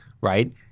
right